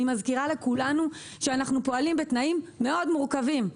אני מזכירה לכולנו שאנחנו פועלים בתנאים מורכבים מאוד,